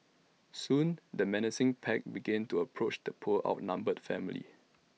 soon the menacing pack began to approach the poor outnumbered family